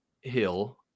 Hill